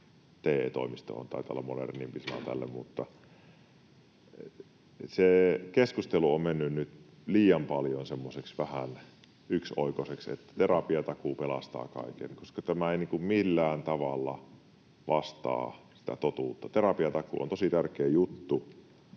TE-toimistohan taitaa olla modernimpi sana tälle. Se keskustelu on mennyt nyt liian paljon vähän semmoiseksi yksioikoiseksi, että terapiatakuu pelastaa kaiken, mutta tämä ei millään tavalla vastaa sitä totuutta. Terapiatakuu on tosi tärkeä juttu,